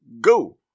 go